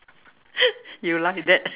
you like that